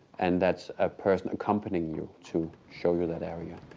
and that's a person accompanying you to show you that area.